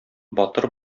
батыр